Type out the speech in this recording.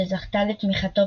שזכתה לתמיכתו